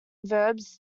verbs